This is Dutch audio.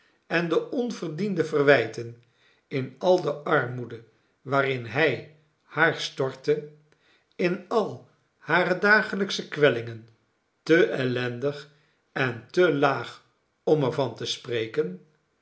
en de onverdiende verwijten in al de armoede waarin hij haar stortte in al hare dagelijksche kwellingen te ellendig en te laag om er van te spreken